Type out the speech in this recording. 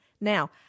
Now